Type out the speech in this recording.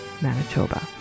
Manitoba